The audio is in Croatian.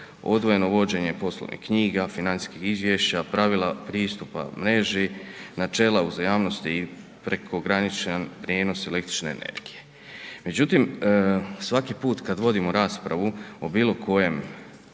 odvojeno vođenje poslovnih knjiga, financijskih izvješća, pravila pristupa mreži, načela uzajamnosti i prekograničan prijenos električne energije. Međutim, svaki put kad vodimo raspravu o bilo kojem